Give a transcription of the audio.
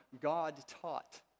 God-taught